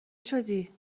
شدی